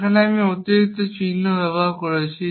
সেখানে আমি একটি অতিরিক্ত চিহ্ন ব্যবহার করছি